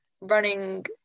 running